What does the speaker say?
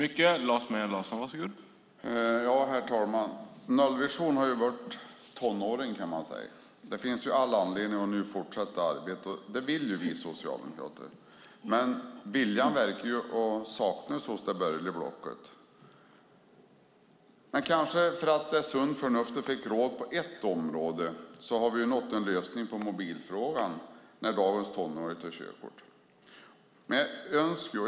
Herr talman! Nollvisionen har blivit tonåring, och det finns all anledning att fortsätta arbetet. Det vill vi socialdemokrater, men viljan verkar saknas hos det borgerliga blocket. Men kanske för att det sunda förnuftet fick råda på ett område har vi nått en lösning på mobilfrågan när dagens tonåringar tar körkort.